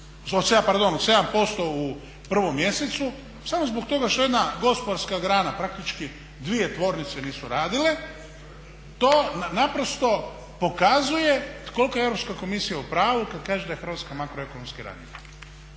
7% u prvom mjesecu samo zbog toga što jedna gospodarska grana, praktički dvije tvornice nisu radile to naprosto pokazuje koliko je Europska komisija u pravu kad kaže da je Hrvatska makro ekonomski ranjiva